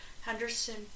Henderson